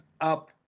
up